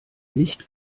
nicht